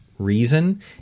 reason